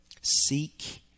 seek